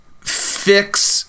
fix